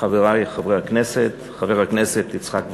חברי חברי הכנסת, חבר הכנסת יצחק וקנין,